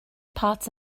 pots